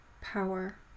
power